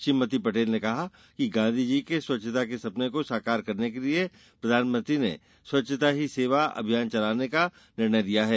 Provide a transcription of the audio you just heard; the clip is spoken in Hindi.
श्रीमती पटेल ने कहा कि गांधी जी के स्वच्छता के सपने को साकार करने के लिए प्रधानमंत्री ने स्वच्छता ही सेवा अभियान चलाने का निर्णय लिया है